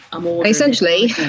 essentially